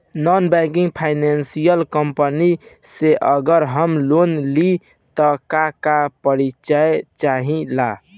Non banking financial company से अगर हम लोन लि त का का परिचय चाहे ला?